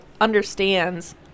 understands